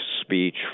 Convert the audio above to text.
speech